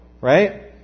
Right